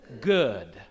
good